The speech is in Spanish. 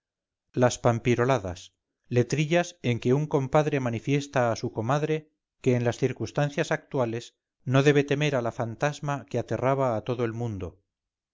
las pampiroladas letrillas en que un compadre manifiesta a su comadre que en las circunstancias actuales no debe temer a la fantasma que aterraba a todo el mundo